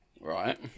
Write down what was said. Right